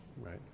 Right